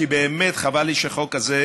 כי באמת חבל לי שחוק כזה,